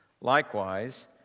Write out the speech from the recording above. Likewise